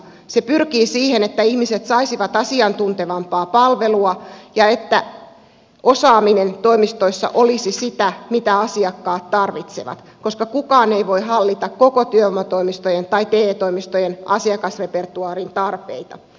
se pyrkii siihen että ihmiset saisivat asiantuntevampaa palvelua ja että osaaminen toimistoissa olisi sitä mitä asiakkaat tarvitsevat koska kukaan ei voi hallita koko työvoimatoimistojen tai te toimistojen asiakasrepertuaarin tarpeita